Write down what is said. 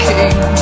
King